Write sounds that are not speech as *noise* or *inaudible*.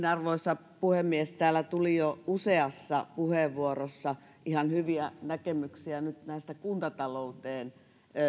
*unintelligible* arvoisa puhemies täällä tuli jo useassa puheenvuorossa ihan hyviä näkemyksiä näistä kuntatalouteen